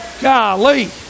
Golly